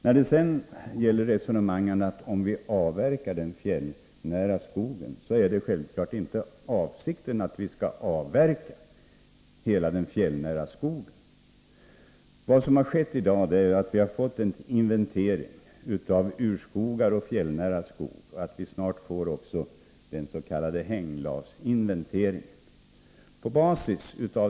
När det sedan gäller resonemanget om den fjällnära skogen är självfallet avsikten inte den att vi skall avverka all fjällnära skog. Vad som har skett är att vi har fått en inventering av urskogar och fjällnära skog och att vi snart också får resultatet av dens.k. hänglavsinventeringen.